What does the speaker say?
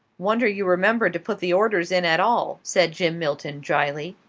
wonder you remembered to put the orders in at all, said jim milton dryly.